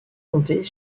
compter